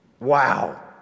Wow